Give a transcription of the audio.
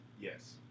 Yes